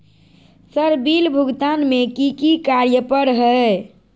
Sir bill भुगतान में की की कार्य पर हहै?